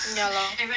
ya lor